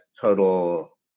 total